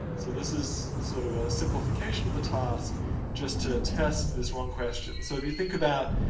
so, this is sort of a simplification of the task just to test this one question. so, if you think about,